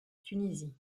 tunisie